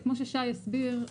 כמו ששי הסביר,